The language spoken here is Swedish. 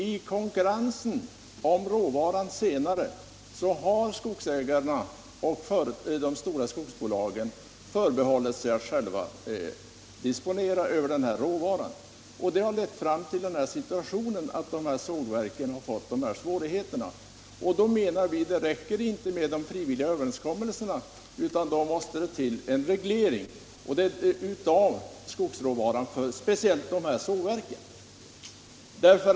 I konkurrensen om den har skogsägarna och de stora skogsbolagen förbehållit sig rätten att själva disponera över den. Därför menar vi att det inte räcker med frivilliga överenskommelser utan att det måste till en reglering av råvaran för just dessa sågverk.